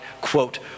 quote